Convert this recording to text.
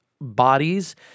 bodies